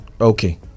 Okay